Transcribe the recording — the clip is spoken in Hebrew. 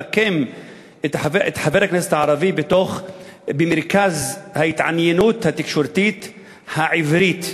יש צורך למקם את חבר הכנסת הערבי במרכז ההתעניינות התקשורתית העברית.